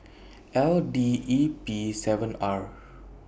L D E P seven R